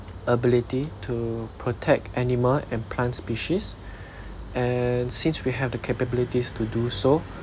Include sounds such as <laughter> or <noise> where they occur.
ability to protect animal and plant species <breath> and since we have the capabilities to do so